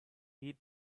eat